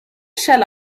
shall